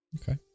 Okay